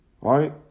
Right